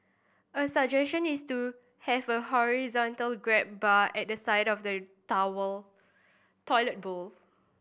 a suggestion is to have a horizontal grab bar at the side of the tower toilet bowl